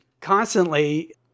constantly